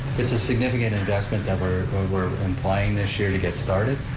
it's a significant investment that we're we're applying this year to get started.